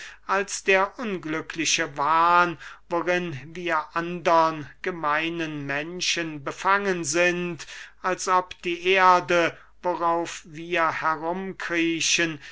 als der unglückliche wahn worin wir andern gemeinen menschen befangen sind als ob die erde worauf wir